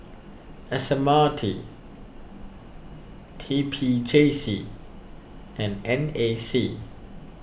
S M R T T P J C and N A C